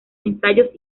ensayos